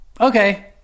okay